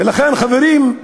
ולכן, חברים,